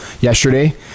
yesterday